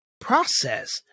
process